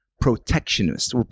protectionist